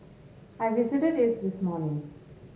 I visited it this morning